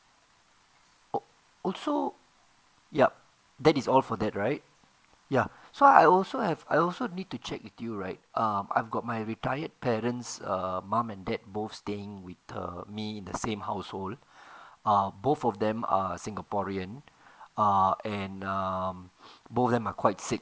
oh so yup that is all for that right ya so I also have I also need to check with you right um I've got my retired parents err mum and dad both staying with err me in the same household uh both of them are singaporean uh and um both of them are quite sick